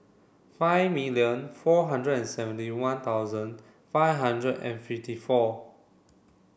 five million four hundred and seventy one thousand five hundred and fifty four